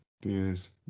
Yes